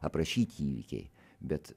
aprašyti įvykiai bet